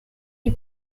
die